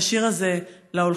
את השיר הזה להולכים,